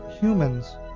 humans